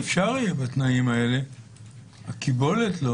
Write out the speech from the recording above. השאלה אם בתנאים האלה יהיה אפשר, מבחינת הקיבולת.